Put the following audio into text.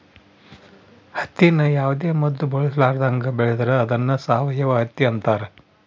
ಹತ್ತಿನ ಯಾವುದೇ ಮದ್ದು ಬಳಸರ್ಲಾದಂಗ ಬೆಳೆದ್ರ ಅದ್ನ ಸಾವಯವ ಹತ್ತಿ ಅಂತಾರ